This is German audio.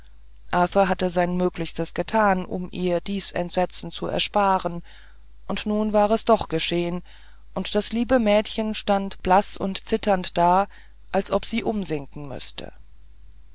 arthur hatte sein möglichstes getan um ihr dies entsetzen zu ersparen und nun war es doch geschehen und das liebe mädchen stand blaß und zitternd da als ob sie umsinken müßte